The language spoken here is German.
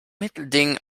mittelding